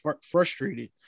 frustrated